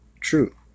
true